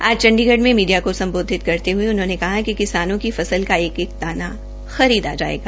आज चण्डीगढ में मीडिया को सबोधित करते हए उन्होंने कहा कि किसानों की फसल का एक एक दाना खरीदा जायेगा